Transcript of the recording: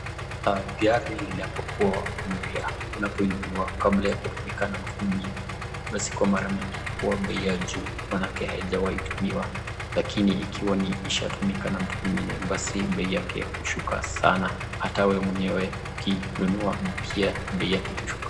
Gari linapo kuwa mpya unapo inunua kabla ya kutumika na mtu mwingine, basi kwa mara mingi huwa bei juu. Manake aijawai tumiwa. Lakini ikiwa ni ishatumika na mtu mwingine basi bei yake hushuka sana. Hata we mwenyewe ukiinunua mpya bei yake itashuka.